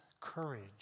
courage